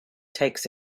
takes